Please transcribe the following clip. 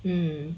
um